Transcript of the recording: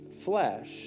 flesh